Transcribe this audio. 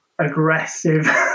Aggressive